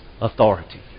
authority